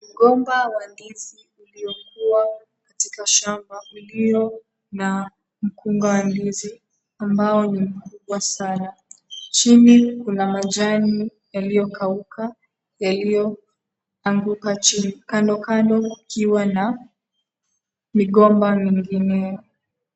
Mgomba wa ndizi uliokuwa katika shamba, ulio na mkunga wa ndizi ambayo ni mkubwa sana. Chini kuna majani yaliyokauka yaliyoanguka chini. Kandokando kukiwa na migomba mingineo.